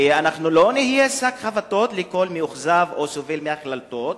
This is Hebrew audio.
ואנחנו לא נהיה שק חבטות של כל מאוכזב או סובל מהחלטות,